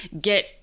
get